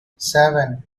seven